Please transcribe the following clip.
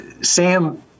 Sam